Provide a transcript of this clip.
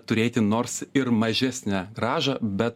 turėti nors ir mažesnę grąžą be